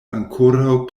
ankoraŭ